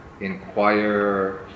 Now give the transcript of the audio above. inquire